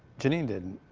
janine didn't.